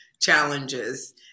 challenges